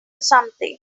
something